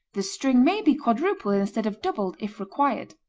the string may be quadrupled instead of doubled, if required.